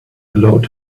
allowed